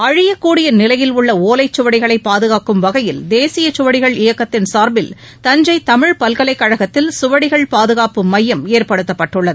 அழியக்கூடிய நிலையில் உள்ள ஓலை சுவடிகளை பாதுகாக்கும் வகையில் தேசிய சுவடிகள் இயக்கத்தின் சாா்பில் தஞ்சை தமிழ் பல்கலைக் கழகத்தில் சுவடிகள் பாதுகாப்பு மையம் ஏற்படுத்தப்பட்டுள்ளது